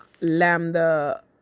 Lambda